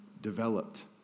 developed